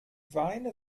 weine